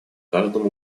каждом